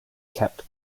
kept